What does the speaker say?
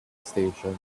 station